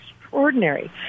extraordinary